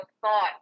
thought